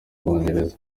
bwongereza